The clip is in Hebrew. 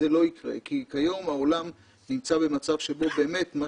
שזה לא יקרה כי כיום העולם נמצא במצב שבו באמת מה